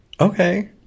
okay